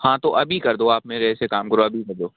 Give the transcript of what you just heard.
हाँ तो अभी कर दो आप मेरे ऐसे काम करो अभी कर दो